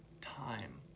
time